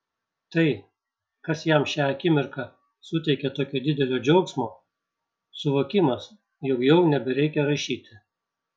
tai kas jam šią akimirką suteikia tokio didelio džiaugsmo suvokimas jog jau nebereikia rašyti